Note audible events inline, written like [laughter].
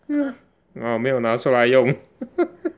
[noise] oh 没有拿出来用 [laughs]